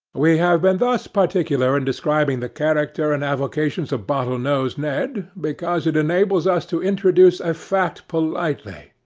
we have been thus particular in describing the character and avocations of bottle-nosed ned, because it enables us to introduce a fact politely,